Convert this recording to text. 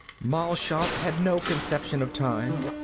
mal shaff had no conception of time.